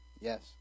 Yes